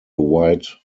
white